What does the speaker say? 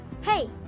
hey